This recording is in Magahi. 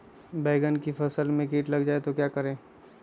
बैंगन की फसल में कीट लग जाए तो क्या करें?